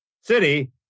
city